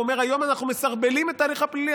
הוא אומר: היום אנחנו מסרבלים את ההליך הפלילי,